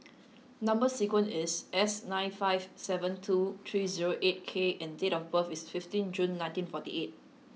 number sequence is S nine five seven two three zero eight K and date of birth is fifteen June nineteen forty eight